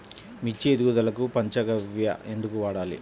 మిర్చి ఎదుగుదలకు పంచ గవ్య ఎందుకు వాడాలి?